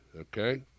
Okay